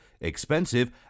expensive